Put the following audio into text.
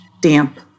damp